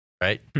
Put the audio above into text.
right